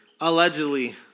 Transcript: Allegedly